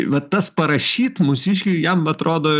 va tas parašyt mūsiškiai jiem atrodo